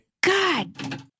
God